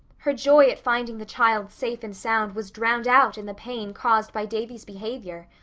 her joy at finding the child safe and sound was drowned out in the pain caused by davy's behavior.